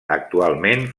actualment